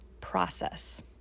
process